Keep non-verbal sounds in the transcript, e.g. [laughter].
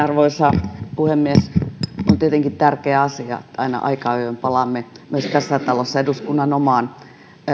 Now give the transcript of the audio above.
[unintelligible] arvoisa puhemies on tietenkin tärkeä asia että aina aika ajoin palaamme myös tässä talossa eduskunnan omaan